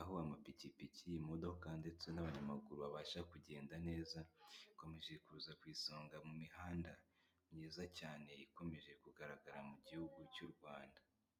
aho amapikipiki imodoka ndetse n'abanyamaguru babasha kugenda neza, ikomeje kuza ku isonga mu mihanda myiza cyane ikomeje kugaragara mu gihugu cy'u Rwanda.